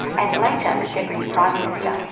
and later as deputy prime minister,